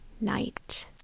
night